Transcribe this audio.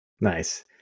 nice